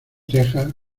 tejas